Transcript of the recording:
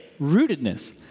Rootedness